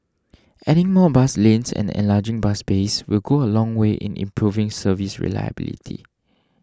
adding more bus lanes and enlarging bus bays will go a long way in improving service reliability